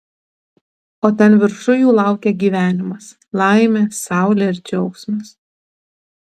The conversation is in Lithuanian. o ten viršuj jų laukia gyvenimas laimė saulė ir džiaugsmas